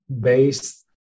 based